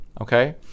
okay